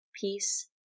peace